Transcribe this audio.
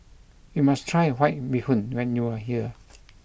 you must try White Bee Hoon when you are here